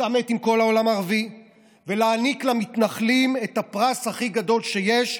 להתעמת עם כל העולם הערבי ולהעניק למתנחלים את הפרס הכי גדול שיש: